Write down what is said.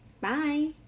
Bye